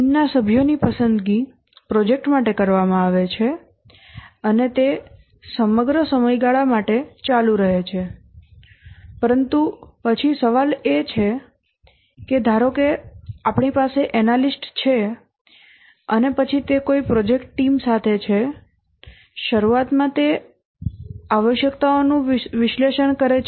ટીમના સભ્યોની પસંદગી પ્રોજેક્ટ માટે કરવામાં આવે છે અને તે સમગ્ર સમયગાળા માટે ચાલુ રહે છે પરંતુ પછી સવાલ એ છે કે ધારો કે આપણી પાસે એનાલિસ્ટ છે અને પછી તે કોઈ પ્રોજેક્ટ ટીમ સાથે છે શરૂઆતમાં તે આવશ્યકતાઓનું વિશ્લેષણ કરે છે